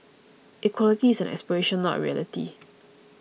equality is an aspiration not a reality